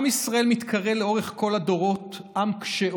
עם ישראל מתקרא לאורך כל הדורות "עם קשה עורף".